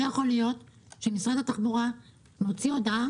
לא יכול להיות שמשרד התחבורה מודיע בשעה